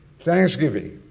Thanksgiving